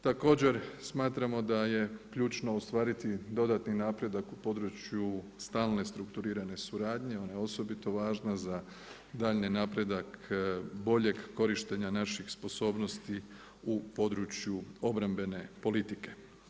Također, smatramo da je ključno ostvariti dodatni napredak u području stalne strukturirane suradnje, ona je osobito važna za daljnji napredak boljeg korištenja naših sposobnosti u području obrambene politike.